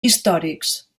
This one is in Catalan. històrics